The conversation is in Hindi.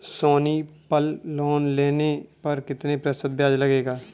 सोनी पल लोन लेने पर कितने प्रतिशत ब्याज लगेगा?